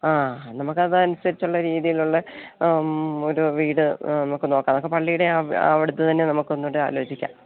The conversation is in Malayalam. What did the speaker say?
ആ നമ്മൾക്ക് അത് അനുസരിച്ചുള്ള രീതിയിലുള്ള ഒരു വീട് നമുക്ക് നോക്കാം അതൊക്കെ പള്ളിയുടെ അടുത്ത് തന്നെ നമുക്ക് ഒന്നു കൂടെ ആലോജിക്കാം